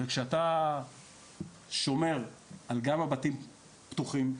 וכשאתה שומר על בתים פתוחים,